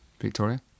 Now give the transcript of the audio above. victoria